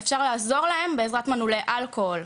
ואפשר לעזור להם בעזרת מנעולי אלכוהול.